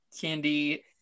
Candy